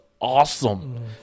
awesome